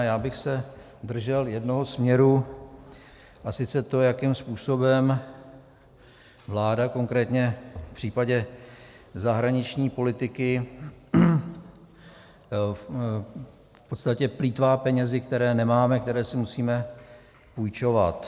Já bych se držel jednoho směru, a sice to, jakým způsobem vláda konkrétně v případě zahraniční politiky v podstatě plýtvá penězi, které nemáme, které si musíme půjčovat.